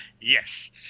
Yes